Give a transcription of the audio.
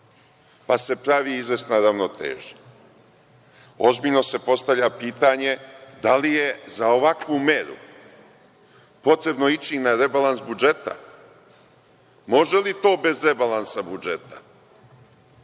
pa se pravi izvesna ravnoteža. Ozbiljno se postavlja pitanje da li je za ovakvu meru potrebno ići na rebalans budžeta. Može li to bez rebalansa budžeta?